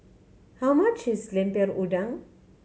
how much is Lemper Udang